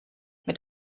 mit